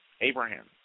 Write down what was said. Abraham